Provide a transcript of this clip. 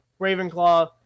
Ravenclaw